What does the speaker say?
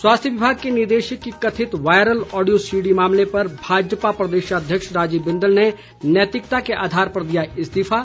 स्वास्थ्य विभाग के निदेशक की कथित वायरल ऑडियो सीडी मामले पर भाजपा प्रदेशाध्यक्ष राजीव बिंदल ने नैतिकता के आधार पर दिया इस्तीफा